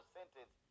sentence